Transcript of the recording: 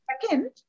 Second